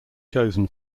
chosen